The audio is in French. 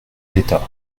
d’état